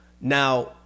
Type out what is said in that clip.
Now